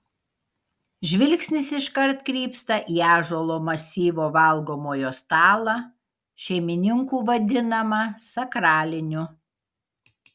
žvilgsnis iškart krypsta į ąžuolo masyvo valgomojo stalą šeimininkų vadinamą sakraliniu